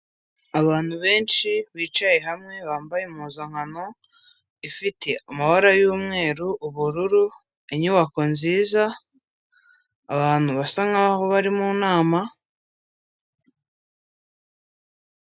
Abantu benshi bicaye hamwe bambaye impuzankano, ifite amabara y'umweru, ubururu, inyubako nziza, abantu basa nkaho bari mu nama.